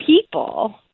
people